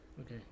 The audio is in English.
Okay